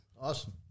Awesome